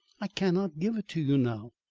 i cannot give it to you now,